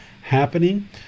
happening